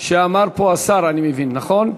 שאמר פה השר, אני מבין, נכון?